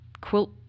quilt